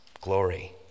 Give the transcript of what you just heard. Glory